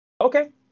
Okay